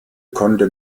konnte